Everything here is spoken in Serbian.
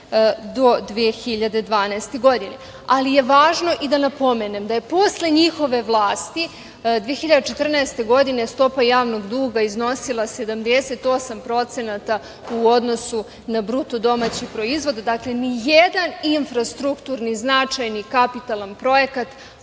do 2012. godine, ali je važno i da napomenem da je posle njihove vlasti 2014. godine stopa javnog duga iznosila 78% u odnosu na BDP.Dakle, nijedan infrastrukturni značajni i kapitalan projekat,